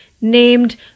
named